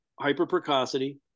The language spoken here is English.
hyper-precocity